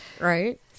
right